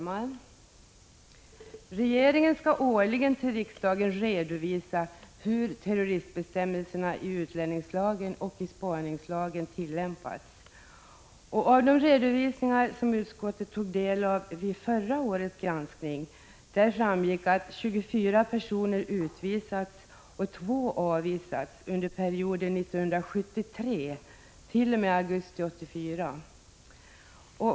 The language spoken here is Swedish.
Herr talman! Regeringen skall årligen till riksdagen redovisa hur terroristbestämmelserna i utlänningslagen och i spaningslagen tillämpats. Av de redovisningar som utskottet tog del av vid förra årets granskning framgick att 24 personer utvisats och 2 avvisats under perioden 1973t.o.m. augusti 1984.